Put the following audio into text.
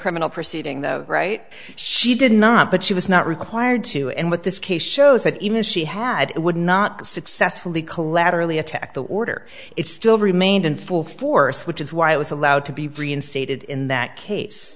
criminal proceeding the right she did not but she was not required to and with this case shows that even if she had it would not successfully collaterally attack the order it still remained in full force which is why it was allowed to be reinstated in that case